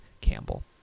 campbell